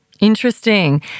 Interesting